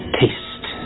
taste